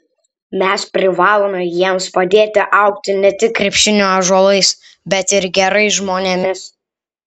mes privalome jiems padėti augti ne tik krepšinio ąžuolais bet ir gerais žmonėmis